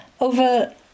over